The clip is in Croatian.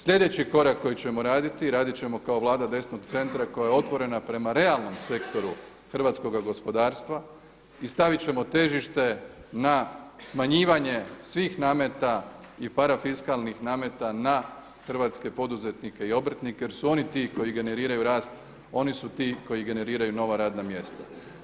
Sljedeći korak koji ćemo raditi, radit ćemo kao Vlada desnog centra koja je otvorena prema realnom sektoru hrvatskoga gospodarstva i stavit ćemo težite na smanjivanje svih nameta i parafiskalnih nameta na hrvatske poduzetnike i obrtnike jer su oni ti koji generiraju rast, oni su ti koji generiraju nova radna mjesta.